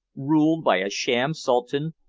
ruled by a sham sultan,